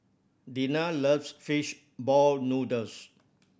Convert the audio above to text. Deana loves fish ball noodles